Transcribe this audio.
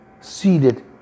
Seated